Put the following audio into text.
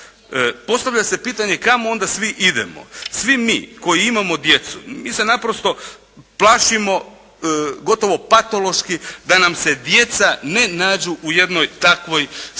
Postavlja se pitanje kamo onda svi idemo. Svi mi koji imamo djecu, mi se naprosto plašimo gotovo patološki da nam se djeca ne nađu u jednoj takvoj situaciji.